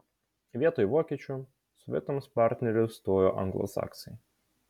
vietoj vokiečių sovietams partneriu stojo anglosaksai